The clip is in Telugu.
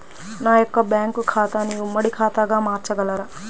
నా యొక్క బ్యాంకు ఖాతాని ఉమ్మడి ఖాతాగా మార్చగలరా?